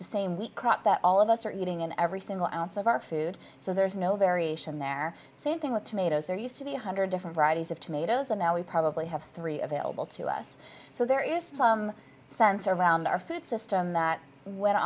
the same wheat crop that all of us are eating in every single ounce of our food so there's no variation there same thing with tomatoes there used to be a hundred different varieties of tomatoes and now we probably have three available to us so there is some sense around our food system that when